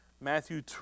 Matthew